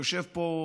יושב פה